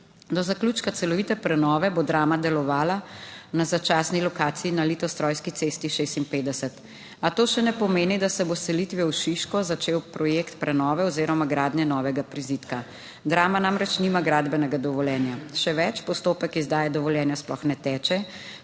Do zaključka celovite prenove bo Drama delovala na začasni lokaciji na Litostrojski cesti 56, a to še ne pomeni, da se bo s selitvijo v Šiško začel projekt prenove oziroma gradnje novega prizidka. Drama namreč nima gradbenega dovoljenja, še več, postopek izdaje dovoljenja sploh ne teče,